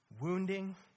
wounding